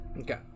Okay